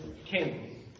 King